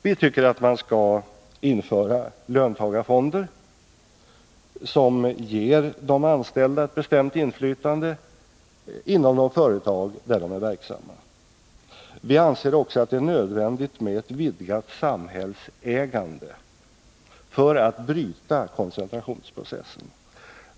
Vi tycker att man skall införa löntagarfonder, som ger de anställda ett bestämmande inflytande inom de företag där de är verksamma. Vi anser också att det är nödvändigt med ett vidgat samhällsägande för att bryta koncentrationsprocessen.